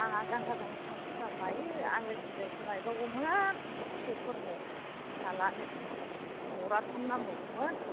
आजां गाजां एफा बुरजा लायो आङो सेन्देल खौ लायबावगौमोन फिसौफोरनो फिसालानो जराथाम नांबावगौमोन